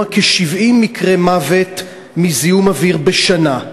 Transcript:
כ-70 מקרי מוות מזיהום אוויר בשנה.